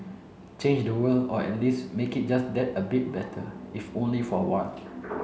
change the world or at least make it just that a bit better if only for a while